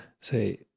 say